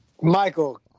Michael